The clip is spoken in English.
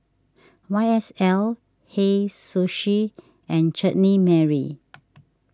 Y S L Hei Sushi and Chutney Mary